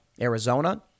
Arizona